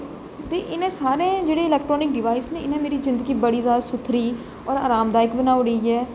ते इन्ने सारे जेहडे़ इल्काट्रानिक डिवाइस ना इनें मेरी जिंदगी बड़ी ज्यादा सुथरी और आराम दायक बनाई ओड़ी ऐ